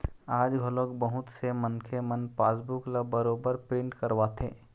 आज घलोक बहुत से मनखे मन पासबूक ल बरोबर प्रिंट करवाथे